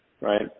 right